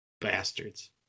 Bastards